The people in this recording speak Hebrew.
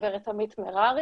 הגב' עמית מררי,